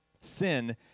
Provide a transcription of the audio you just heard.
Sin